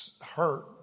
hurt